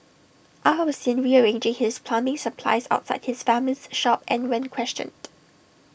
aw was seen rearranging his plumbing supplies outside his family's shop and when questioned